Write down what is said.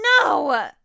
No